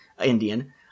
Indian